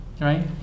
right